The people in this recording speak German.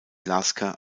lasker